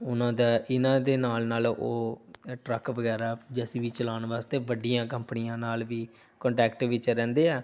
ਉਹਨਾਂ ਦਾ ਇਹਨਾਂ ਦੇ ਨਾਲ ਨਾਲ ਉਹ ਟਰੱਕ ਵਗੈਰਾ ਜੈ ਸੀ ਬੀ ਚਲਾਉਣ ਵਾਸਤੇ ਵੱਡੀਆਂ ਕੰਪਨੀਆਂ ਨਾਲ ਵੀ ਕੰਟੈਕਟ ਵਿੱਚ ਰਹਿੰਦੇ ਆ